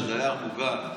דייר מוגן זה דייר מוגן.